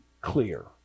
clear